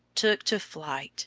took to flight